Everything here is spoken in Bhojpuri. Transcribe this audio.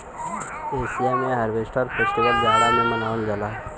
एसिया में हार्वेस्ट फेस्टिवल जाड़ा में मनावल जाला